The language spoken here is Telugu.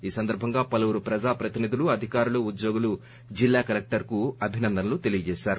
ఈ సందర్బంగా పలువురు ప్రజాప్రతినిధులు అధికారులు ఉద్యోగులు జిల్లా కలెక్షర్కు అభినందనలు తెలియచేశారు